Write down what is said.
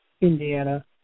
Indiana